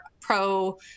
pro